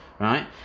Right